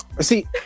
See